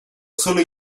solo